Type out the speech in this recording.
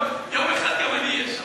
יום אחד אני אהיה שם,